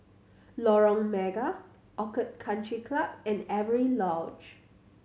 Lorong Mega Orchid Country Club and Avery Lodge